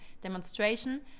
demonstration